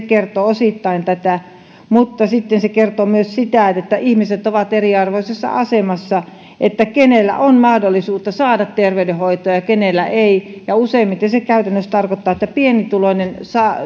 kertoo osittain tästä mutta se kertoo myös siitä että ihmiset ovat eriarvoisessa asemassa sen suhteen kenellä on mahdollisuutta saada terveydenhoitoa ja kenellä ei ja useimmiten se käytännössä tarkoittaa että pienituloinen